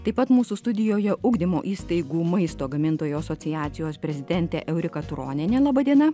taip pat mūsų studijoje ugdymo įstaigų maisto gamintojų asociacijos prezidentė eurika turonienė laba diena